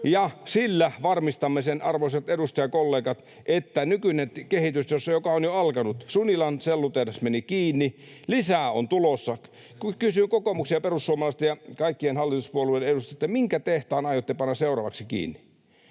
sillä varmistamme sen, arvoisat edustajakollegat, että nykyinen kehitys, joka on jo alkanut... Sunilan sellutehdas meni kiinni, lisää on tulossa. Kysyn kokoomuksen ja perussuomalaisten ja kaikkien hallituspuolueiden edustajilta, minkä tehtaan aiotte panna seuraavaksi kiinni.